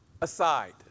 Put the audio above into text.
aside